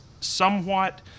somewhat